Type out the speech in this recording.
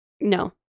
no